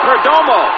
Perdomo